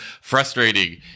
frustrating